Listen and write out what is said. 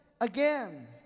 again